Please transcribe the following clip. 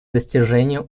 достижению